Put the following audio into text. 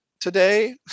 today